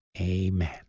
amen